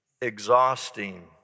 exhausting